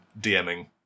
DMing